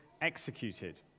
executed